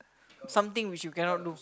something which you cannot do